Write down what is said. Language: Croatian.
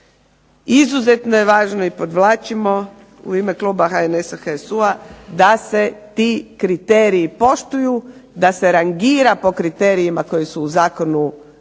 Izuzetno je važno, i podvlačimo u ime kluba HNS-a, HSU-a, da se ti kriteriji poštuju, da se rangira po kriterijima koji su u zakonu